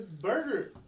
burger